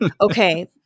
Okay